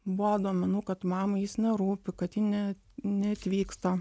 buvo duomenų kad mamai jis nerūpi kad ji ne neatvyksta